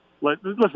Listen